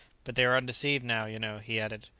but they are undeceived now, you know, he added.